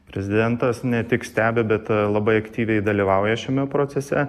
prezidentas ne tik stebi bet labai aktyviai dalyvauja šiame procese